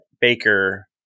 Baker